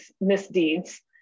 misdeeds